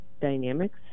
dynamics